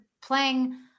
playing